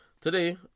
today